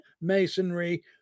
masonry